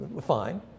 fine